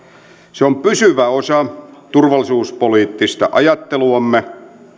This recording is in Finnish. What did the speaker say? se on pysyvä osa turvallisuuspoliittista ajatteluamme